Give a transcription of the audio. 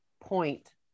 point